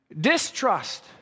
Distrust